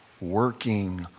working